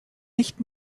nicht